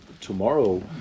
tomorrow